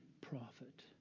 prophet